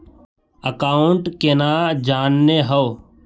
Account केना जाननेहव?